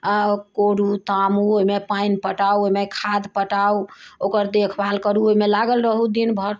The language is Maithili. कोरु तामू ओहिमे पानि पटाउ ओहिमे खाद्य पटाउ ओकर देखभाल करु ओहिमे लागल रहु दिन भर